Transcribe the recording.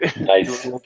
nice